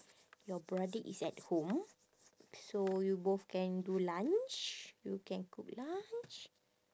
your brother is at home so you both can do lunch you can cook lunch